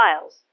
files